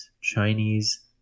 Chinese